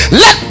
let